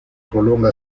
prolonga